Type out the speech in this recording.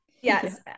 yes